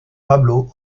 pablo